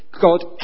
God